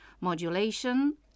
modulation